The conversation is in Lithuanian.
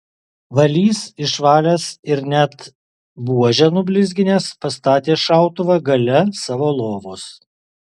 valys išvalęs ir net buožę nublizginęs pastatė šautuvą gale savo lovos